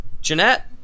Jeanette